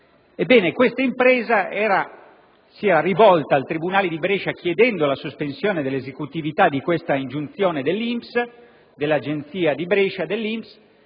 Ebbene, questa impresa si era rivolta al tribunale di Brescia chiedendo la sospensione dell'esecutività di questa ingiunzione dell'agenzia di Brescia dell'INPS;